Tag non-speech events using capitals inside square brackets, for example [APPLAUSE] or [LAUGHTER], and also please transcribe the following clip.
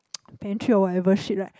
[NOISE] pantry or whatever shit right